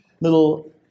little